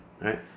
right